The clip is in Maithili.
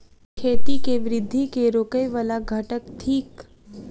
खेती केँ वृद्धि केँ रोकय वला घटक थिक?